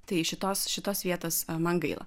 tai šitos šitos vietos man gaila